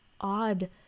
odd